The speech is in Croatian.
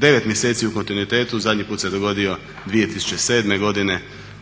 9 mjeseci u kontinuitetu zadnji put se dogodio 2007. godine,